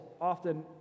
often